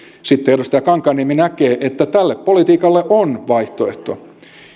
sitten edustaja kankaanniemi näkee että tälle politiikalle on vaihtoehto